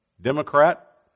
Democrat